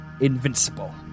invincible